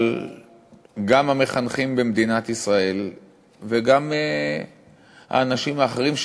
אבל גם המחנכים במדינת ישראל וגם האנשים האחרים,